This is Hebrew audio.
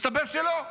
מסתבר שלא.